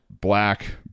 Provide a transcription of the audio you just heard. black